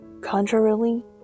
Contrarily